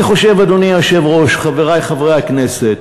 אני חושב, אדוני היושב-ראש, חברי חברי הכנסת,